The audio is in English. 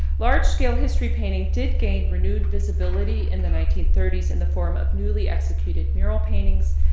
large scale history painting did gain renewed visibility in the nineteen thirty s in the form of newly executed mural paintings,